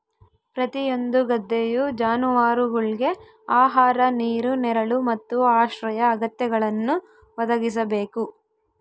ಪ್ರತಿಯೊಂದು ಗದ್ದೆಯು ಜಾನುವಾರುಗುಳ್ಗೆ ಆಹಾರ ನೀರು ನೆರಳು ಮತ್ತು ಆಶ್ರಯ ಅಗತ್ಯಗಳನ್ನು ಒದಗಿಸಬೇಕು